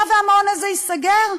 היה והמעון הזה ייסגר?